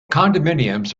condominiums